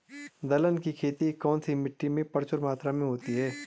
दलहन की खेती कौन सी मिट्टी में प्रचुर मात्रा में होती है?